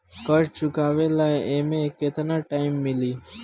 कर्जा चुकावे ला एमे केतना टाइम मिली?